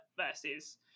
versus